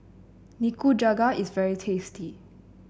Nikujaga is very tasty